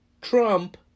Trump